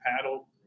paddle